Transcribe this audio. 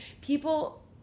people